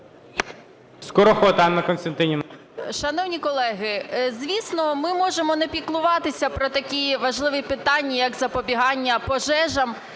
Шановні колеги, звісно, ми можемо не піклуватися про такі важливі питання, як запобігання пожежам,